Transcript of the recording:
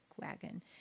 wagon